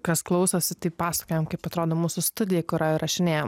kas klausosi tik pasakojam kaip atrodo mūsų studija kur įrašinėjam